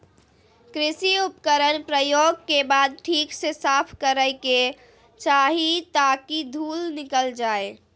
कृषि उपकरण प्रयोग के बाद ठीक से साफ करै के चाही ताकि धुल निकल जाय